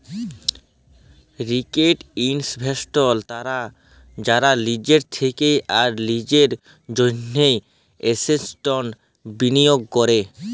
retail investors তারা যারা লিজের থেক্যে আর লিজের জন্হে এসেটস বিলিয়গ ক্যরে